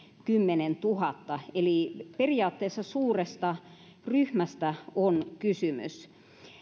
kymmenentuhatta eli periaatteessa suuresta ryhmästä on kysymys